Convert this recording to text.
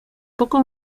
poco